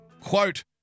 quote